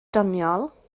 doniol